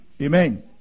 Amen